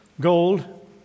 Gold